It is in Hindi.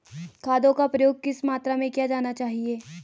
खादों का प्रयोग किस मात्रा में किया जाना चाहिए?